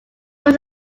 was